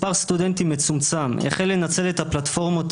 מספר סטודנטים מצומצם החל לנצל את הפלטפורמות